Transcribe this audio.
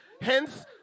Hence